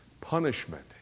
Punishment